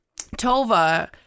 Tova